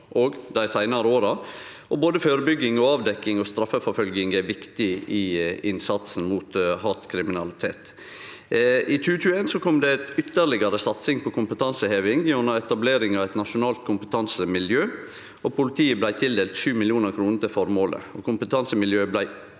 òg dei seinare åra. Både førebygging, avdekking og straffeforfølging er viktig i innsatsen mot hatkriminalitet. I 2021 kom det ei ytterlegare satsing på kompetanseheving gjennom etableringa av eit nasjonalt kompetansemiljø, og politiet blei tildelt 7 mill. kr til føremålet.